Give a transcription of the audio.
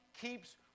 keeps